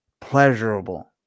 pleasurable